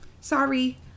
sorry